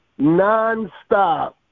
nonstop